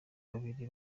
babiri